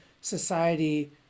society